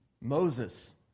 Moses